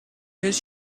his